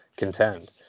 contend